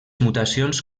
mutacions